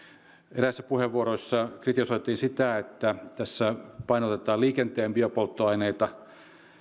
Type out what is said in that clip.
eräissä puheenvuoroissa kritisoitiin sitä että tässä painotetaan liikenteen biopolttoaineita